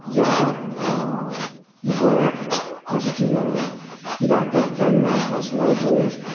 ह्या गोंयांत आसची म्हणून कित्याक तर केन्नाय कसलोय दुयेंस